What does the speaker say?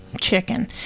chicken